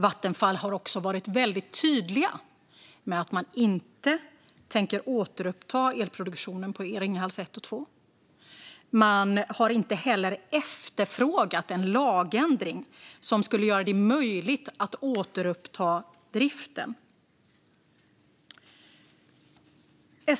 Vattenfall har också varit väldigt tydliga med att man inte tänker återuppta elproduktionen i Ringhals 1 och 2. Man har inte heller efterfrågat en lagändring som skulle göra det möjligt att återuppta driften.